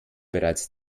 bereits